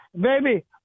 baby